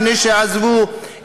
לפני שעזבו,